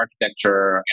architecture